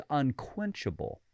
unquenchable